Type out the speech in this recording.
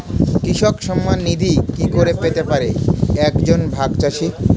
কৃষক সন্মান নিধি কি করে পেতে পারে এক জন ভাগ চাষি?